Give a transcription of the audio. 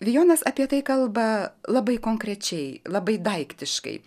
vijonas apie tai kalba labai konkrečiai labai daiktiškai